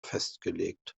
festgelegt